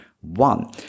one